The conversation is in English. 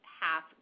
half